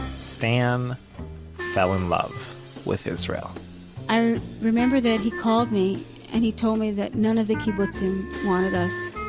stan fell in love with israel i remember that he called me and he told me that none of the kibbutzim wanted us.